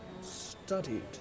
studied